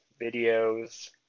videos